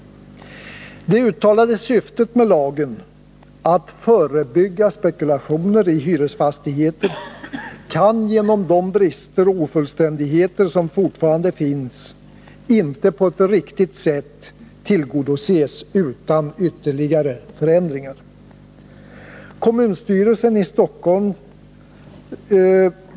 Det uttalade syftet med lagen — att förebygga spekulationer i hyresfastigheter — kan, på grund av de brister och ofullständigheter som fortfarande finns, inte på ett riktigt sätt tillgodoses utan ytterligare förändringar.